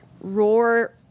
Roar